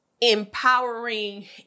empowering